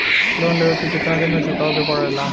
Loan लेवे के कितना दिन मे चुकावे के पड़ेला?